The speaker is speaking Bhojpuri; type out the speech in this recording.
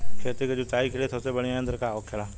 खेत की जुताई के लिए सबसे बढ़ियां यंत्र का होखेला?